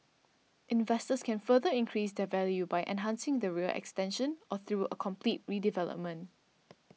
investors can further increase their value by enhancing the rear extension or through a complete redevelopment